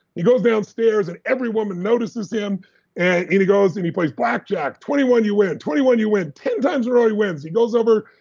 he goes downstairs and every woman notices him and he goes and he plays blackjack. twenty one, you win, twenty one, you win, ten times is all he wins he goes over,